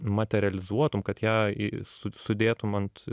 materializuotum kad ją į su su sudėtum ant